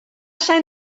zijn